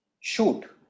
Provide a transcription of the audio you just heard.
shoot